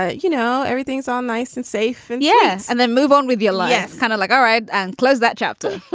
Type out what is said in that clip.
ah you know, everything's all nice and safe and yes. and then move on with your life, kind of like. all right. and close that chapter.